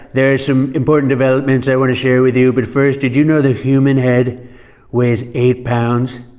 there are some important developments i want to share with you, but first, did you know the human head weighs eight pounds?